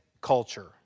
culture